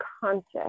conscious